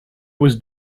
was